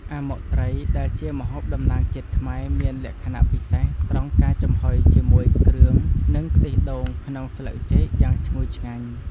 អាម៉ុកត្រីដែលជាម្ហូបតំណាងជាតិខ្មែរមានលក្ខណៈពិសេសត្រង់ការចំហុយជាមួយគ្រឿងនិងខ្ទិះដូងក្នុងស្លឹកចេកយ៉ាងឈ្ងុយឆ្ងាញ់។